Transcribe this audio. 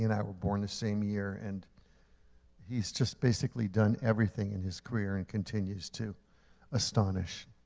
and i were born the same year, and he's just basically done everything in his career and continues to astonish.